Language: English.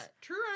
True